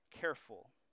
careful